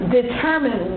determine